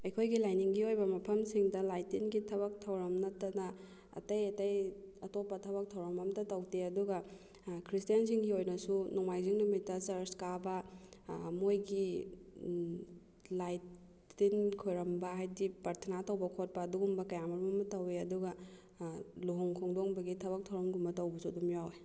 ꯑꯩꯈꯣꯏꯒꯤ ꯂꯥꯏꯅꯤꯡꯒꯤ ꯑꯣꯏꯕ ꯃꯐꯝꯁꯤꯡꯗ ꯂꯥꯏ ꯇꯤꯟꯒꯤ ꯊꯕꯛ ꯊꯧꯔꯝ ꯅꯠꯇꯅ ꯑꯇꯩ ꯑꯇꯩ ꯑꯇꯣꯞꯄ ꯊꯕꯛ ꯊꯧꯔꯝ ꯑꯝꯇ ꯇꯧꯗꯦ ꯑꯗꯨꯒ ꯈ꯭ꯔꯤꯁꯇꯦꯟꯁꯤꯡꯒꯤ ꯑꯣꯏꯅꯁꯨ ꯅꯣꯡꯃꯥꯏꯖꯤꯡ ꯅꯨꯃꯤꯠꯇ ꯆꯔꯆ ꯀꯥꯕ ꯃꯣꯏꯒꯤ ꯂꯥꯏ ꯇꯤꯟ ꯈꯣꯏꯔꯝꯕ ꯍꯥꯏꯗꯤ ꯄꯔꯊꯅꯥ ꯇꯧꯕ ꯈꯣꯠꯄ ꯑꯗꯨꯒꯨꯝꯕ ꯀꯌꯥꯃꯔꯨ ꯑꯃ ꯇꯧꯋꯦ ꯑꯗꯨꯒ ꯂꯨꯍꯣꯡ ꯈꯣꯡꯗꯣꯡꯕꯒꯤ ꯊꯕꯛ ꯊꯧꯔꯝꯒꯨꯝꯕ ꯇꯧꯕꯁꯨ ꯑꯗꯨꯝ ꯌꯥꯎꯋꯦ